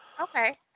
Okay